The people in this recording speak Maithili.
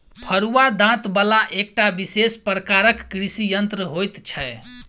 फरूआ दाँत बला एकटा विशेष प्रकारक कृषि यंत्र होइत छै